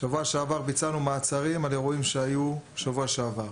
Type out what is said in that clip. בשבוע שעבר ביצענו מעצרים על אירועים שהיו בשבוע שעבר.